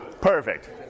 Perfect